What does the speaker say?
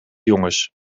jongens